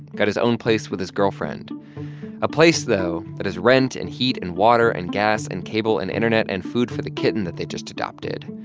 got his own place with his girlfriend a place, though, that has rent, and heat, and water, and gas, and cable, and internet and food for the kitten that they just adopted.